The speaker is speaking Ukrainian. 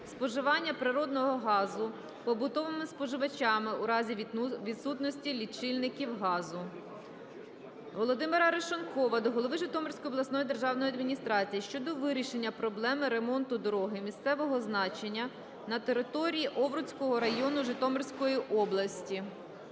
споживання природного газу побутовими споживачами у разі відсутності лічильників газу. Володимира Арешонкова до голови Житомирської обласної державної адміністрації щодо вирішенні проблеми ремонту дороги місцевого значення на території Овруцького району Житомирської області.